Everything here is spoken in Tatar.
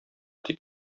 тик